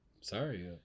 Sorry